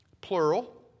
plural